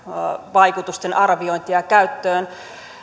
vaikutusten arviointia käyttöön